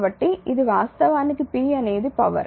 కాబట్టి ఇది వాస్తవానికి p అనేది పవర్